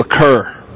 occur